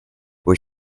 were